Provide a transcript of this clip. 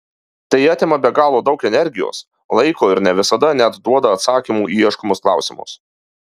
tai atima be galo daug energijos laiko ir ne visada net duoda atsakymų į ieškomus klausimus